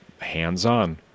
hands-on